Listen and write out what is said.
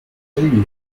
seriously